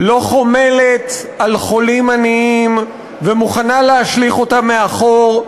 לא חומלת על חולים עניים ומוכנה להשליך אותם מאחור,